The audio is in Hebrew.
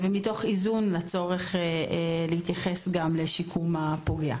ומתוך איזון לצורך להתייחס גם לשיקום הפוגע.